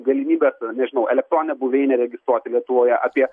galimybę nežinau elektroninę buveinę registruoti lietuvoje apie